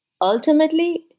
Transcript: ultimately